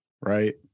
right